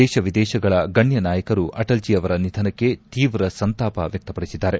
ದೇಶ ವಿದೇಶಗಳ ಗಣ್ಣ ನಾಯಕರು ಅಟಲ್ಜಿ ಅವರ ನಿಧನಕ್ಕೆ ತೀವ್ರ ಸಂತಾಪ ವ್ಯಕ್ತಪಡಿಸಿದ್ದಾರೆ